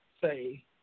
say